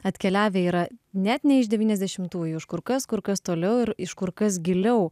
atkeliavę yra net ne iš devyniasdešimtųjų iš kur kas kur kas toliau ir iš kur kas giliau